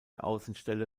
außenstelle